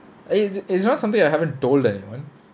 it's it's not something I haven't told anyone